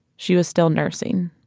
she was still nursing